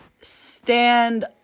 stand